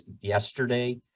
yesterday